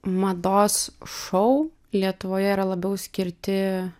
mados šou lietuvoje yra labiau skirti